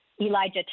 Elijah